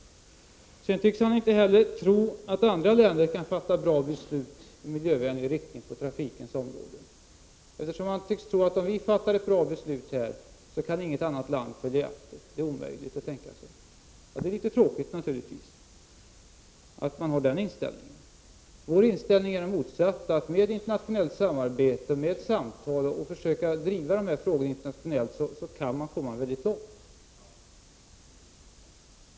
Sedan tycks han heller inte tro att andra länder kan fatta bra beslut i miljövänlig riktning på trafikens område. Han tycks tro att om vi här fattar ett bra beslut så kan inget annat land följa efter — det är omöjligt att tänka sig. Det är naturligtvis tråkigt att han har den inställningen. Vår inställning är den motsatta. Med internationellt samarbete och genom att med samtal försöka driva de här frågorna internationellt kan man komma väldigt långt.